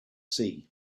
sea